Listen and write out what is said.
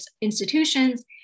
institutions